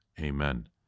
Amen